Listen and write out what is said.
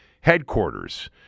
headquarters